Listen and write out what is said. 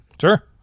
Sure